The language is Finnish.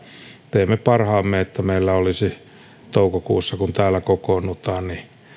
teemme parhaamme että meillä olisi toukokuussa kun täällä kokoonnutaan